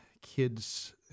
kids